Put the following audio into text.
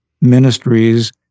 ministries